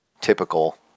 typical